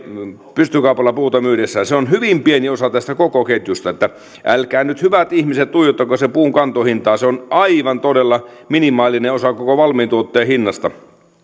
pystykaupalla puuta myydessään on hyvin pieni osa tästä koko ketjusta että älkää nyt hyvät ihmiset tuijottako sen puun kantohintaa se on aivan todella minimaalinen osa koko valmiin tuotteen hinnasta